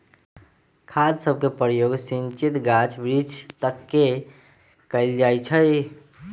खाद सभके प्रयोग सिंचित गाछ वृक्ष तके कएल जाइ छइ